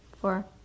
four